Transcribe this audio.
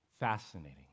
Fascinating